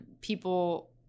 people